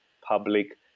public